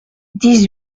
dix